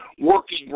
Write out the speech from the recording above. working